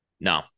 No